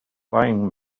buying